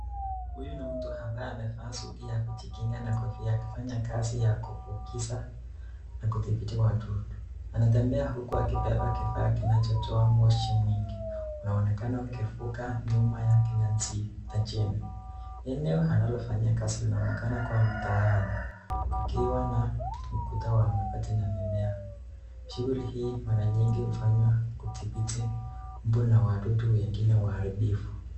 Huyu ni mtu aliyevaa suti ya kujikinga na kofia akifanya kazi ya kufukuza ka kudhibiti wadudu, anatembea huku akibeba kifaa kinachotoa moshi mwingi, inaonekana nyuma yake kuna na chini, eneoa analofanyia kazi linaonekana kuwa mtaani kukiwa na ukuta wa mabati na mimea, shughuli hii mara nyingi hufanywa kudhibiti mbu na wadudu wengine waharibifu.